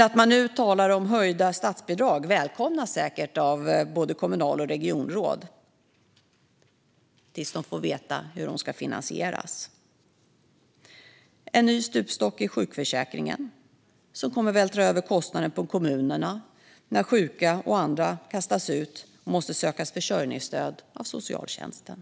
Att man nu talar om höjda statsbidrag välkomnas säkert av både kommunal och regionråd - tills de får veta hur de ska finansieras. Det skulle bli en ny stupstock i sjukförsäkringen, som kommer att vältra över kostnaden på kommunerna när sjuka och andra kastas ut och måste söka försörjningsstöd från socialtjänsten.